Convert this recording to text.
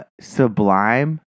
Sublime